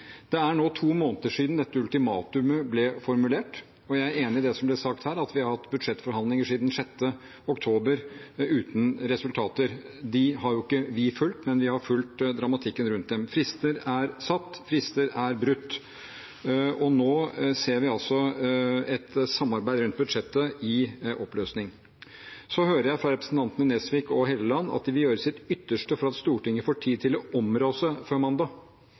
Det er nå to måneder siden dette ultimatumet ble formulert, og jeg er enig i det som ble sagt her: at vi har hatt budsjettforhandlinger siden 6. oktober uten resultater. Dem har jo ikke vi fulgt, men vi har fulgt dramatikken rundt dem. Frister er satt, frister er brutt, og nå ser vi altså et samarbeid rundt budsjettet som er i oppløsning. Så hører jeg fra representantene Nesvik og Helleland at de vil gjøre sitt ytterste for at Stortinget får tid til å områ seg før mandag.